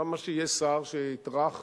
למה שיהיה שר שיטרח